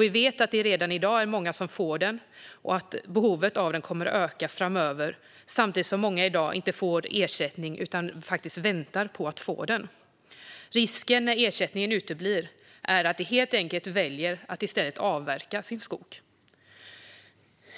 Vi vet att det redan i dag är många som får ersättningen och att behovet av den kommer att öka framöver, samtidigt som många i dag inte får ersättning utan väntar på att få den. Risken när ersättningen uteblir är att de helt enkelt väljer att i stället avverka sin skog.